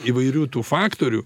įvairių tų faktorių